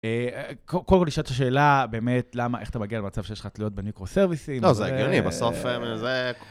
קודם נשאל את השאלה באמת, למה, איך אתה מגיע למצב שיש לך תלויות במיקרו-סרוויסים? לא, זה הגיוני בסוף, זה...